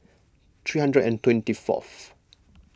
three hundred and twenty fourth